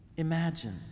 Imagine